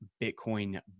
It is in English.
Bitcoin